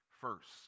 first